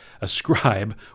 ascribe